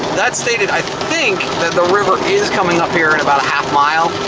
that stated, i think that the river is coming up here in about a half-mile,